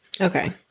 Okay